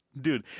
dude